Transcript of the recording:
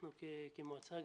אנחנו כמועצה,